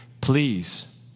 please